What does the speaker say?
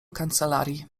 kancelarii